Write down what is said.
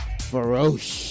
Ferocious